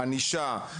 ענישה,